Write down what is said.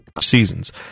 Seasons